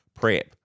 prep